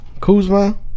Kuzma